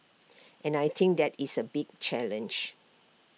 and I think that is A big challenge